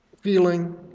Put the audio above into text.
feeling